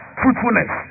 fruitfulness